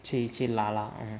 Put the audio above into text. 自己去拉 lah